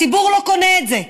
הציבור לא קונה את זה,